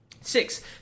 Six